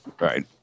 Right